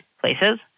places